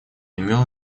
имел